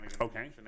Okay